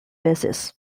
basis